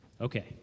Okay